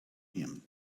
him